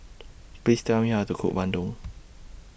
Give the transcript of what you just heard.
Please Tell Me How to Cook Bandung